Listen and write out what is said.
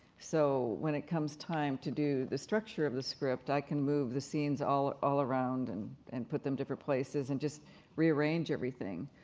so when it comes time to do the structure of the script, i can move the scenes all ah all around and and put them different places and just rearrange everything.